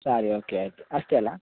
ಸರಿ ಓಕೆ ಆಯಿತು ಅಷ್ಟೆ ಅಲ್ಲ